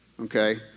okay